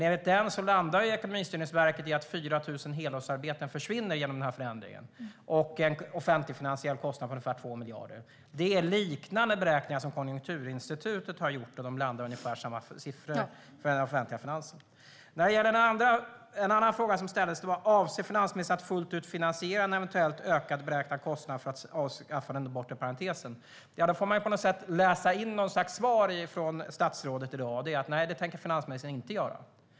Enligt den beräkningen landar Ekonomistyrningsverket i att 4 000 helårsarbeten försvinner genom förändringen, och det blir en offentligfinansiell kostnad på ungefär 2 miljarder. Det är liknande beräkningar som Konjunkturinstitutet har gjort. De landar i ungefär samma siffror för de offentliga finanserna. : Ja!) En annan fråga som jag ställde var följande: Avser finansministern att fullt ut finansiera en eventuellt ökad beräknad kostnad för att avskaffa den bortre parentesen? Där får man läsa in något slags svar från statsrådet, nämligen att det tänker finansministern inte göra.